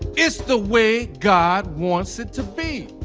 it's the way god wants it to be.